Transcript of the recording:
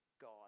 God